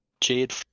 Jade